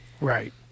Right